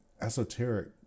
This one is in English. esoteric